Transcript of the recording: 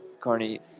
Carney